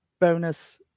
bonus